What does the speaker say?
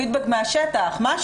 איזה שהוא פידבק